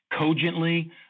cogently